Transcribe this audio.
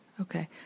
Okay